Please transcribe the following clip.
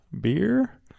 beer